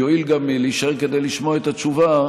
יואיל גם להישאר כדי לשמוע את התשובה,